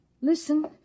listen